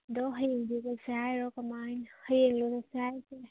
ꯑꯗꯣ ꯍꯌꯦꯡꯁꯦ ꯆꯠꯁꯦ ꯍꯥꯏꯔꯣ ꯀꯃꯥꯏ ꯍꯌꯦꯡꯂꯣ ꯆꯠꯁꯦ ꯍꯥꯏꯔꯤꯁꯦ